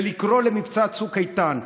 ומבצע צוק איתן,